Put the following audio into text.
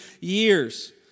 years